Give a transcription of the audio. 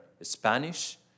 Spanish